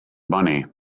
money